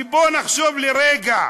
בואו נחשוב לרגע,